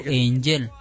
angel